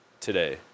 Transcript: today